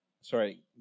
Sorry